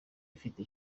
ifite